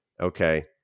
okay